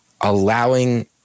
allowing